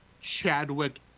Chadwick